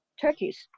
Turkey's